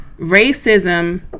racism